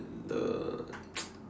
the